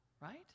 right